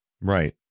Right